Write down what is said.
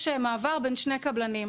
יש מעבר בין שני קבלנים.